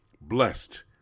blessed